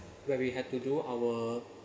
where we had to do our